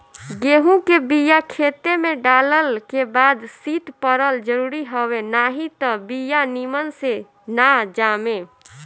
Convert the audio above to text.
गेंहू के बिया खेते में डालल के बाद शीत पड़ल जरुरी हवे नाही त बिया निमन से ना जामे